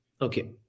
okay